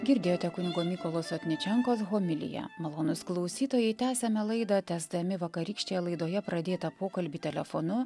girdėjote kunigo mykolos atničenko homiliją malonūs klausytojai tęsiame laidą tęsdami vakarykštėje laidoje pradėtą pokalbį telefonu